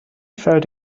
felt